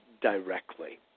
directly